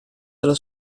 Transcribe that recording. dalla